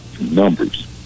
numbers